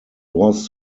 was